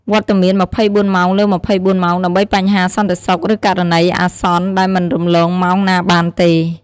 វត្តមាន ២៤ ម៉ោងលើ ២៤ ម៉ោង ដើម្បីបញ្ហាសន្តិសុខ ឬករណីអាសន្នដែលមិនរំលងម៉ោងណាបានទេ។